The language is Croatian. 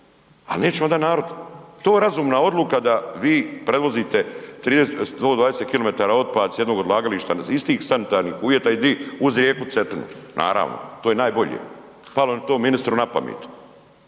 ali neće vam dat narod. Jel to razumna odluka da vi prevozite 120 km otpad s jednog odlagališta, istih sanitarnih uvjeta, i di, uz rijeku Cetinu? Naravno, to je najbolje, palo je to ministru na pamet.